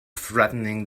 threatening